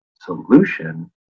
solution